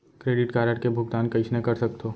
Credit card के भुगतान कइसने कर सकथो?